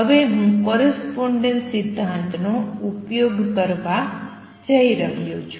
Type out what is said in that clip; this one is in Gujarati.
હવે હું કોરસ્પોંડેન્સ સિદ્ધાંતનો ઉપયોગ કરવા જઈ રહ્યો છું